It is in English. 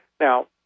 Now